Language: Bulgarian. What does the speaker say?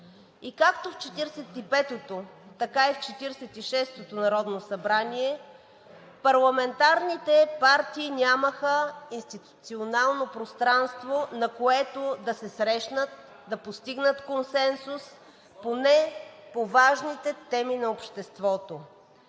И както в 45-ото, така и в 46-ото народно събрание парламентарните партии нямаха институционално пространство, на което да се срещнат, да постигнат консенсус, поне по важните теми на обществото.